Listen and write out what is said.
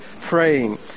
praying